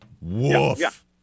Woof